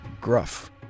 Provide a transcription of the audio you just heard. gruff